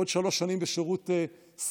עוד שלוש שנים בשירות סדיר,